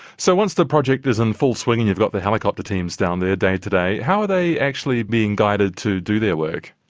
so once the project is in full swing and you've got the helicopter teams down there day to day, how are they actually being guided to do their work?